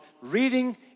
reading